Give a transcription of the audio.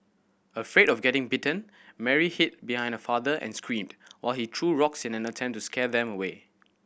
afraid of getting bitten Mary hid behind her father and screamed while he threw rocks in an attempt to scare them away